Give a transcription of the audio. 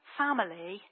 family